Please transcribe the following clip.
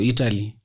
Italy